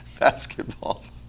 basketballs